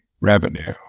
revenue